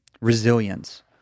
resilience